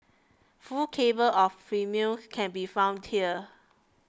full tables of premiums can be found here